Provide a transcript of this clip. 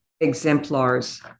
exemplars